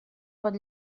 pot